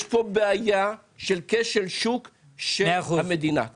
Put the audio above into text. יש פה בעיה של כשל שוק של המדינה.